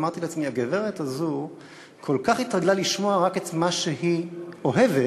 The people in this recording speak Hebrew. ואמרתי לעצמי: הגברת הזאת כל כך התרגלה לשמוע רק את מה שהיא אוהבת,